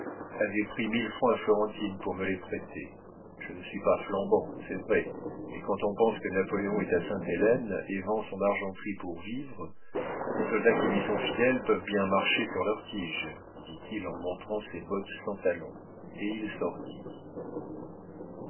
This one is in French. avait pris mille francs à florentine pour me les prêter je ne suis pas flambant c'est vrai mais quand on pense que napoléon est à sainte-hélène et vend son argenterie pour vivre les soldats qui lui sont fidèles peuvent bien marcher sur leurs tiges dit-il en montrant ses bottes sans talons et il sortit